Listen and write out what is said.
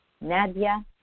Nadia